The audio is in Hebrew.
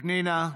פנינה,